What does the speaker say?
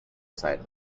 siren